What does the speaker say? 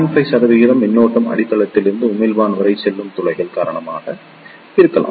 5 சதவிகிதம் மின்னோட்டம் அடித்தளத்திலிருந்து உமிழ்ப்பான் வரை செல்லும் துளைகள் காரணமாக இருக்கலாம்